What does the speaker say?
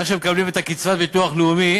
איך שהם מקבלים את קצבת הביטוח הלאומי,